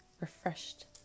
refreshed